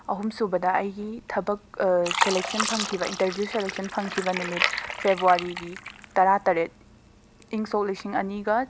ꯑꯍꯨꯝꯁꯨꯕꯗ ꯑꯩꯒꯤ ꯊꯕꯛ ꯁꯦꯂꯦꯛꯁꯟ ꯐꯪꯈꯤꯕ ꯏꯟꯇꯔꯕ꯭ꯌꯨ ꯁꯦꯂꯦꯛꯁꯟ ꯐꯪꯈꯤꯕ ꯅꯨꯃꯤꯠ ꯐꯦꯕꯨꯋꯥꯔꯤꯒꯤ ꯇꯔꯥꯇꯔꯦꯠ ꯏꯪ ꯁꯣꯛ ꯂꯤꯁꯤꯡ ꯑꯅꯤꯒ